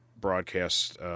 broadcast